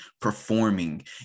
performing